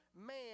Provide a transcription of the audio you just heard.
man